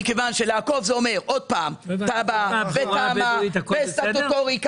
מכיוון שעקיפה פירושה עוד פעם תב"ע ותמ"א וסטטוטוריקה.